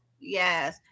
Yes